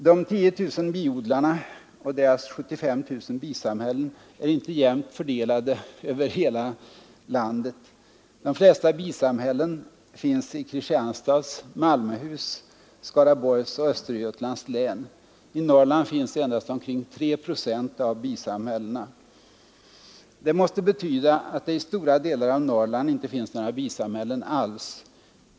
De 10 000 biodlarna och deras 75 000 bisamhällen är inte jämnt fördelade över hela landet. De flesta bisamhällena finns i Kristianstads, Malmöhus, Skaraborgs och Öster götlands län. I Norrland finns endast omkring tre procent av bisam Nr 66 hällena. Det måste betyda att det i stora delar av Norrland inte finns Onsdagen den några bisamhällen alls.